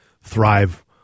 thrive